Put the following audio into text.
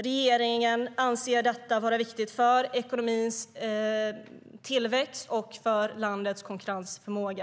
Regeringen anser detta vara viktigt för ekonomins tillväxt och för landets konkurrensförmåga.